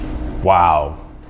Wow